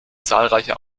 zahlreiche